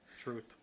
Truth